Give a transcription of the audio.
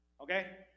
Okay